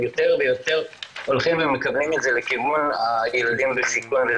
יותר ויותר הולכים ומכוונים את זה לכיוון הילדים בסיכון,